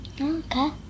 okay